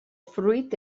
fruit